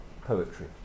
poetry